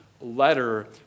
letter